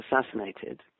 assassinated